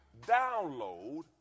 download